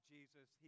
Jesus